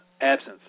absence